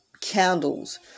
candles